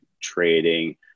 trading